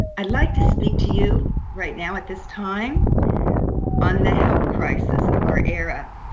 i'd like to speak to you right now at this time on the health crisis of our era